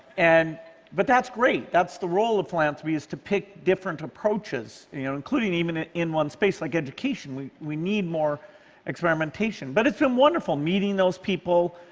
and but that's great. that's the role of philanthropy is to pick different approaches, including even ah in one space, like education. we we need more experimentation. but it's been wonderful, meeting those people,